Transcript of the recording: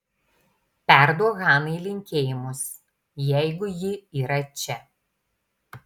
perduok hanai linkėjimus jeigu ji yra čia